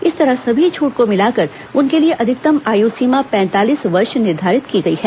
इस तरह सभी छूट को मिलाकर उनके लिए अधिकतम आयु सीमा पैंतालीस वर्ष निर्धारित की गई है